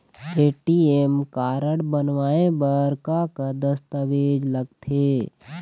ATM card बनवाए बर का का दस्तावेज लगथे?